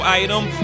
item